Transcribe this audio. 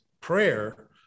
prayer